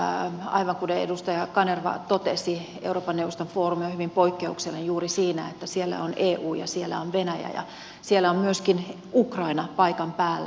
aivan kuten edustaja kanerva totesi euroopan neuvoston foorumi on hyvin poikkeuksellinen juuri siinä että siellä on eu ja siellä on venäjä ja siellä on myöskin ukraina paikan päällä